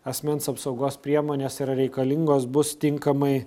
asmens apsaugos priemonės yra reikalingos bus tinkamai